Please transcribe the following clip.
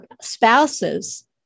spouses